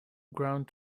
ground